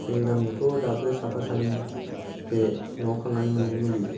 जों गामियावथ' दाबो साफा सानै बे न'आव खांनानै मोनन्नाय मुलि